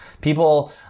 People